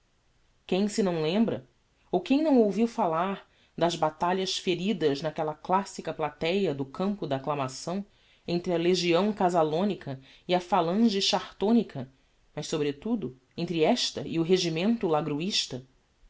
quem se não lembra ou quem não ouviu falar das batalhas feridas naquella classica plateia do campo da acclamação entre a legião casalonica e a phalange chartonica mas sobretudo entre esta e o regimento lagruista eram